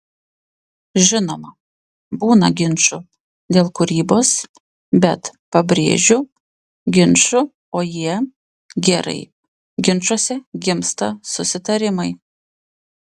žinoma būna ginčų dėl kūrybos bet pabrėžiu ginčų o jie gerai ginčuose gimsta susitarimai